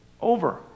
over